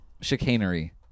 Chicanery